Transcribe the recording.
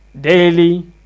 Daily